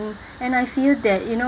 and I feel that you know